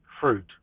fruit